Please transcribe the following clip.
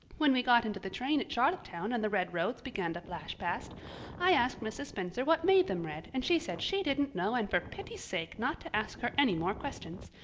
when we got into the train at charlottetown and the red roads began to flash past i asked mrs. spencer what made them red and she said she didn't know and for pity's sake not to ask her any more questions.